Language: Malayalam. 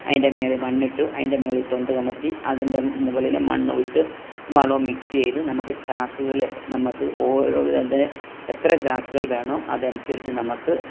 അതിൻ്റെ മേളിൽ മണ്ണിട്ട് അതിൻ്റെ മേളിൽ തൊണ്ട് കമഴ്ത്തി അതിൻ്റെ മുകളിൽ മണ്ണുമിട്ട് വളവും മിക്സ് ചെയ്ത് നമുക്ക് ചാക്കുകളെ നമുക്ക് ഓരോ അതാ എത്ര ചാക്കുകൾ വേണോ അതനുസരിച്ച് നമുക്ക്